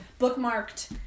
bookmarked